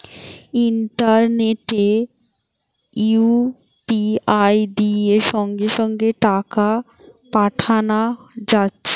ইন্টারনেটে ইউ.পি.আই দিয়ে সঙ্গে সঙ্গে টাকা পাঠানা যাচ্ছে